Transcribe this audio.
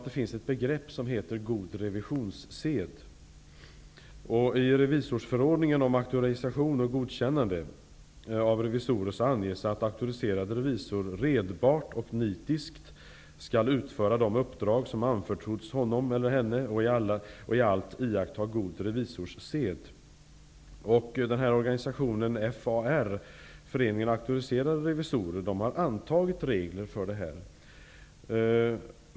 Det finns ett begrepp som heter ''god revisorssed''. ''redbart och nitiskt skall utföra de uppdrag som anförtrotts honom eller henne och i allt iaktta god revisorssed''. FAR, Föreningen Auktoriserade Revisorer, har antagit regler för detta.